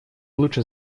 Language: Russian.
лучше